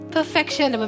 Perfection